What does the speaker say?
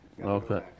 Okay